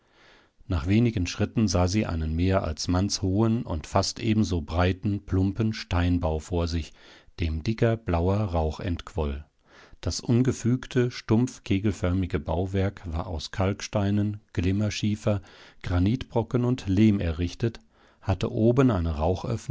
nach wenigen schritten sah sie einen mehr als mannshohen und fast ebenso breiten plumpen steinbau vor sich dem dicker blauer rauch entquoll das ungefügte stumpf kegelförmige bauwerk war aus kalksteinen glimmerschiefer granitbrocken und lehm errichtet hatte oben eine